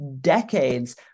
decades